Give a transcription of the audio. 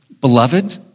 Beloved